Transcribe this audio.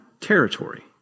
territory